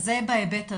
אז זה בהיבט הזה,